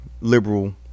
liberal